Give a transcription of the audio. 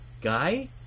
guy